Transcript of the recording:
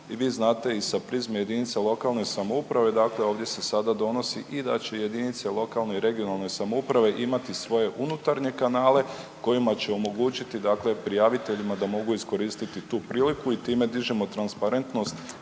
I vi znate i sa prizme jedinica lokalne samouprave, dakle ovdje se sada donosi i da će jedinice lokalne i regionalne samouprave imati svoje unutarnje kanale kojima će omogućiti, dakle prijaviteljima da mogu iskoristiti tu priliku i time dižemo transparentnost